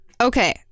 Okay